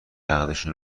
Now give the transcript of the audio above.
عقدشون